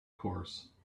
course